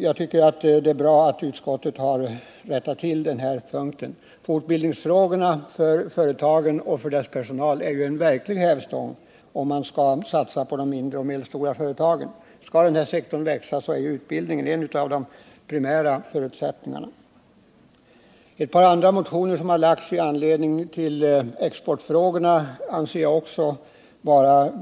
Det är bra att utskottet har rättat till detta. Utbildningsfrågorna för företagen och deras personal är en verklig hävstång, om man skall satsa på de mindre och medelstora företagen. Skall denna sektor växa, är utbildning en av de primära förutsättningarna. Ett par motioner som har väckts med anledning av exportfrågorna anser jag vara